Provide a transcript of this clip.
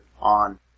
on